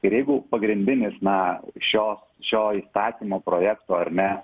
ir jeigu pagrindinis na šios šio įstatymo projekto ar ne